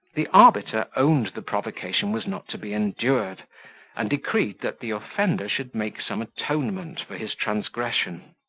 the arbiter owned the provocation was not to be endured and decreed that the offender should make some atonement for his transgression.